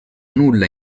nulla